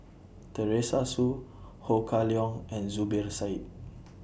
Teresa Hsu Ho Kah Leong and Zubir Said